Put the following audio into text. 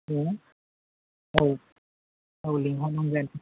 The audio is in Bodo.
औ औ औ लिंहरनांगोन